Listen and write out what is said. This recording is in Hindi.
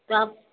तो आप